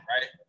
right